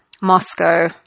Moscow